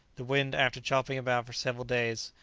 the wind, after chopping about for several days,